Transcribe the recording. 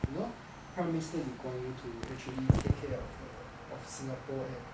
you know prime minister lee kuan yew to actually take care of the of singapore land